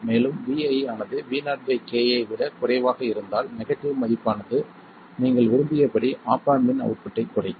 மேலும் Vi ஆனது Vo k ஐ விடக் குறைவாக இருந்தால் நெகட்டிவ் மதிப்பு ஆனது நீங்கள் விரும்பியபடி ஆப் ஆம்ப் இன் அவுட்புட்டை க் குறைக்கும்